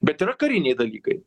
bet yra kariniai dalykai